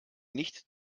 nicht